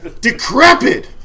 decrepit